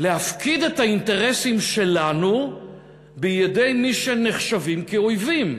להפקיד את האינטרסים שלנו בידי מי שנחשבים אויבים.